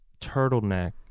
turtleneck